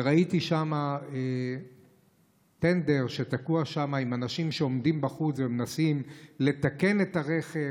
וראיתי שם טנדר שתקוע עם אנשים שעומדים בחוץ ומנסים לתקן את הרכב,